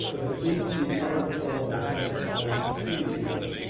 it seems to be part of the problem we have, if you allow me to continue, is that